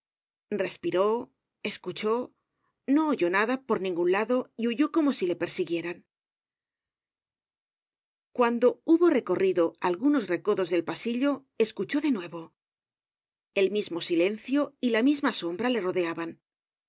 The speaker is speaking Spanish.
respiró escuchó no oyó nada por ningun lado y huyó como si le persiguieran cuando hubo recorrido algunos recodos del pasillo escuchó de nuevo el mismo silencio y la misma sombra le rodeaban